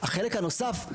החלק הנוסף,